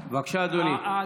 בבקשה אדוני, דקה.